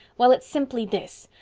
well, its simply this.